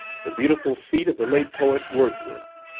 the beautiful seat of the late poet wordsworth.